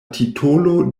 titolo